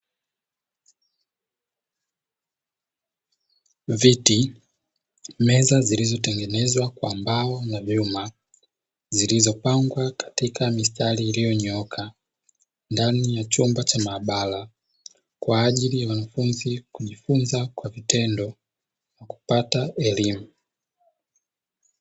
Viti, meza zilizotengenezwa kwa mbao na vyuma zilizopangwa katika mistari iliyonyooka ndani ya chumba cha maabara, kwa ajili ya wanafunzi kujifunza kwa vitendo kupata elimu.